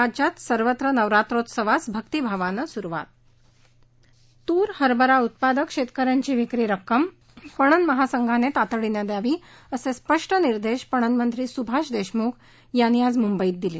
राज्यात सर्वत्र नवरात्रोत्सवास भक्तीभावानं सुरुवात तूर हरभरा उत्पादक शेतकऱ्यांची विक्री रक्कम पणन महासंघाने तातडीने द्यावी असे स्पष्ट निर्देश पणन मंत्री सुभाष देशमुख यांनी आज मुंबईत दिले